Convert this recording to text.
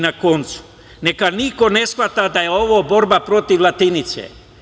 Na koncu, neka niko ne shvata da je ovo borba protiv latinice.